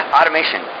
Automation